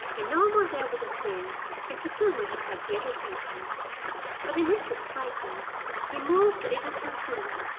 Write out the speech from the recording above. and no more there would have been if the puma had had greater patience but in his excitement he moved a little too soon.